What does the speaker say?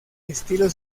estilo